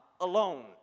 alone